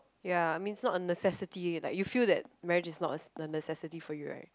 ya I mean it's not a necessity like you feel that marriage is not a necessity for you right